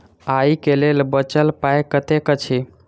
आइ केँ लेल बचल पाय कतेक अछि?